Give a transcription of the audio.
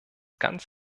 ganz